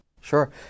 Sure